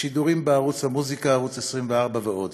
בשידורים בערוץ המוזיקה, ערוץ 24, ועוד.